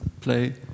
play